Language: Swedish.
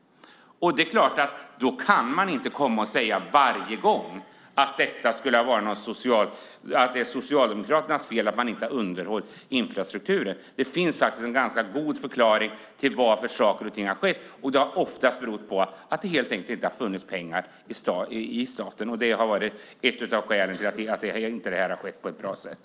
Man kan inte komma och säga varje gång att det är Socialdemokraternas fel att man inte har underhållit infrastrukturen. Det finns faktiskt en ganska god förklaring till att saker och ting har skett. Det har ofta berott på att det helt enkelt inte har funnits pengar i staten. Det är ett av skälen till att det här inte har skett på ett bra sätt.